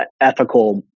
ethical